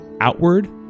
outward